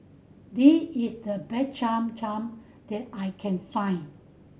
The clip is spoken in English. this is the best Cham Cham that I can find